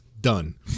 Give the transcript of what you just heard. Done